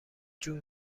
جون